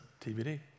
TBD